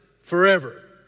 forever